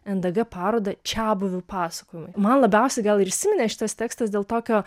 endg parodą čiabuvių pasakojimai man labiausiai gal ir įsiminė šitas tekstas dėl tokio